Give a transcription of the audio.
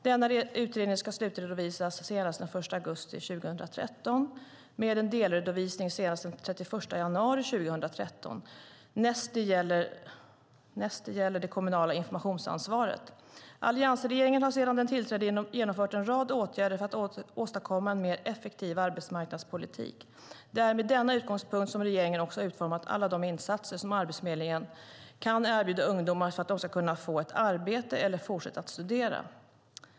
Denna utredning ska slutredovisas senast den 1 augusti 2013, med en delredovisning senast den 31 januari 2013 när det gäller det kommunala informationsansvaret. Alliansregeringen har sedan den tillträdde vidtagit en rad åtgärder för att åstadkomma en mer effektiv arbetsmarknadspolitik. Det är med denna utgångspunkt som regeringen också har utformat alla de insatser som Arbetsförmedlingen kan erbjuda ungdomar för att de ska kunna få ett arbete eller fortsätta att studera.